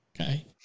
okay